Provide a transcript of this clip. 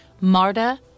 Marta